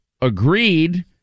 agreed